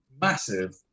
massive